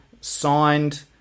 signed